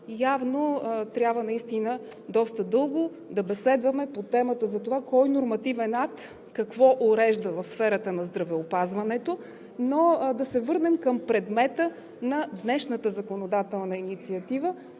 Явно трябва наистина доста дълго да беседваме по темата за това кой нормативен акт какво урежда в сферата на здравеопазването, но да се върнем към предмета на днешната законодателна инициатива,